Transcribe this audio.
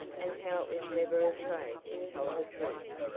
and how it was never afraid to tell the truth.